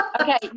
Okay